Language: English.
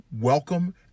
welcome